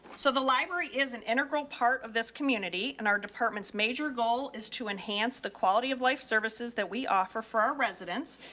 so the library is an integral part of this community and our department's major goal is to enhance the quality of life services that we offer for our residents.